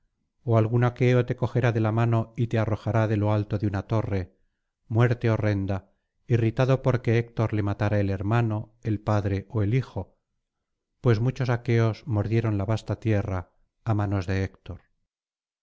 ó algún aqueo te cogerá de la mano y te arrojará de lo alto de una torre muerte horrenda irritado porque héctor le matara el hermano el padre ó el hijo pues muchos aqueos mordieron la vasta tierra á manos de héctor